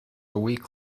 week